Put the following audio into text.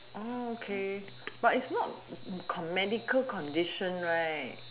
okay but it's not con~ medical condition right